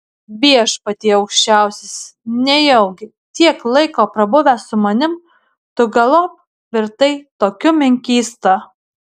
viešpatie aukščiausias nejaugi tiek laiko prabuvęs su manimi tu galop virtai tokiu menkysta